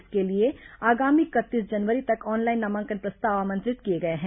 इसके लिए आगामी इकतीस जनवरी तक ऑनलाइन नामांकन प्रस्ताव आमंत्रित किए गए हैं